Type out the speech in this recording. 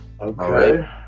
Okay